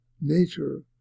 nature